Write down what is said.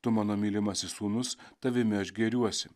tu mano mylimasis sūnus tavimi aš gėriuosi